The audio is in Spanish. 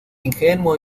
ingenuo